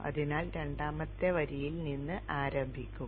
അതിനാൽ രണ്ടാമത്തെ വരിയിൽ നിന്ന് ആരംഭിക്കുക